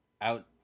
out